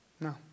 no